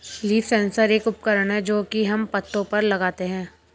leaf sensor एक उपकरण है जो की हम पत्तो पर लगाते है